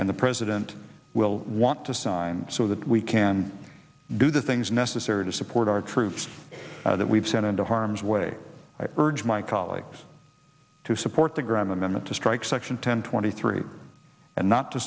and the president will want to sign so that we can do the things necessary to support our troops that we've sent into harm's way i urge my colleagues to support the graham amendment to strike section ten twenty three and not to